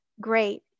great